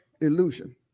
illusion